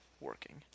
working